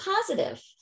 positive